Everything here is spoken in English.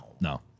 No